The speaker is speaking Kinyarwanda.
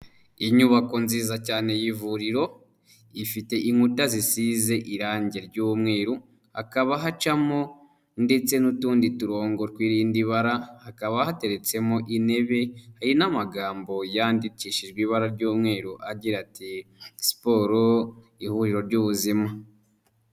Inyubako nziza cyane y'ivuriro ifite inkuta zisize irangi ry'umweru, hakaba hacamo ndetse n'utundi turongo tw'irindi bara, hakaba hateretsemo intebe, hari n'amagambo yandikishijwe ibara ry'umweru agira ati ''siporo ihuriro ry'ubuzima.''